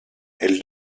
elle